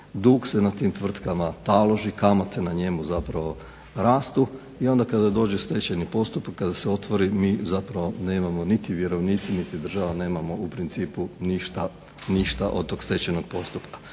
dug se na tim tvrtkama taloži, kamate na njemu zapravo rastu i onda kada dođe stečajni postupak, kada se otvori mi zapravo nemamo, niti vjerovnici niti država nemamo u principu ništa od tog stečajnog postupka.